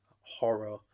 horror